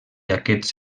aquests